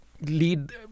lead